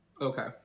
Okay